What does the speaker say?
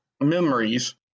memories